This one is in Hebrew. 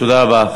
תודה רבה.